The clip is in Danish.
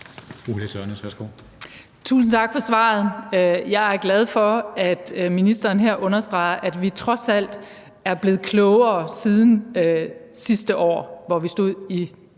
Tusind tak for svaret. Jeg er glad for, at ministeren her understreger, at vi trods alt er blevet klogere siden sidste år, hvor vi stod i